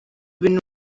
ibintu